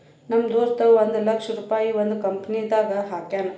ನಮ್ ದೋಸ್ತ ಒಂದ್ ಲಕ್ಷ ರುಪಾಯಿ ಒಂದ್ ಕಂಪನಿನಾಗ್ ಹಾಕ್ಯಾನ್